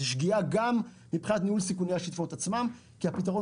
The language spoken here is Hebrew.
זו שגיאה גם מבחינת ניהול סיכוני השיטפונות עצמם כי הפתרון